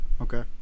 Okay